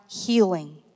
healing